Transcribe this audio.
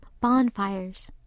bonfires